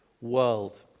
world